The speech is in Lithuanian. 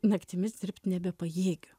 naktimis dirbt nebepajėgiu